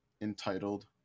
entitled